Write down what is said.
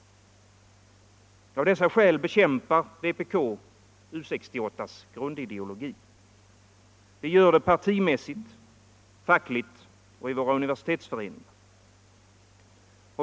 Av dessa skäl bekämpar vpk U 68:s grundideologi. Vi gör det partimässigt, fackligt och i våra universitetsföreningar.